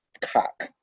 cock